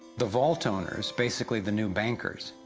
the vault owners, basically the new bankers,